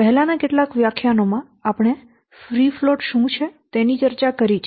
પહેલાનાં કેટલાક વ્યાખ્યાનો માં આપણે ફ્રી ફ્લોટ શું છે તેની ચર્ચા કરી છે